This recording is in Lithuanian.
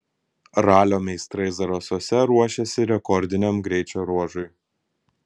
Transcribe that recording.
ralio meistrai zarasuose ruošiasi rekordiniam greičio ruožui